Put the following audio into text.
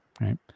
Right